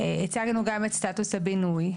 הצגנו גם את סטטוס הבינוי,